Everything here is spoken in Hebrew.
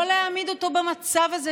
לא להעמיד אותו במצב הזה,